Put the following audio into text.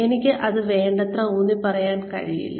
എനിക്ക് അത് വേണ്ടത്ര ഊന്നിപ്പറയാൻ കഴിയില്ല